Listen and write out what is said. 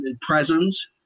presence